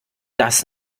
das